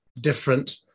different